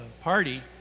party